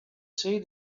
see